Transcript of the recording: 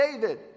David